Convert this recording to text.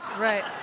right